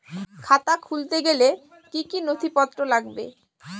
খাতা খুলতে গেলে কি কি নথিপত্র লাগে?